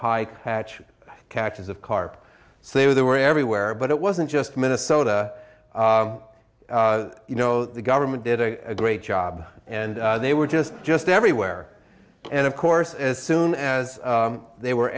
high catch catches of carp so they were everywhere but it wasn't just minnesota you know the government did a great job and they were just just everywhere and of course as soon as they were